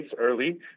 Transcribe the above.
early